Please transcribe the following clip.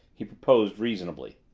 he proposed reasonably.